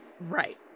Right